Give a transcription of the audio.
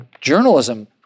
journalism